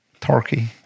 Turkey